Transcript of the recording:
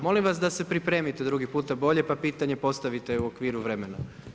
Molim vas da se pripremite drugi puta bolje pa pitanje postavite u okviru vremena.